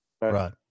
Right